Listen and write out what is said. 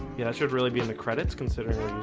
yeah should really be in the credits considering